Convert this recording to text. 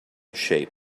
sheep